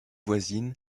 voisine